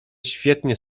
świetne